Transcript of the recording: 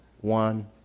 one